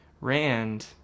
Rand